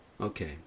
okay